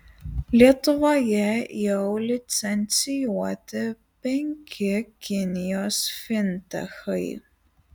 lietuvoje jau licencijuoti penki kinijos fintechai